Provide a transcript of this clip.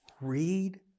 read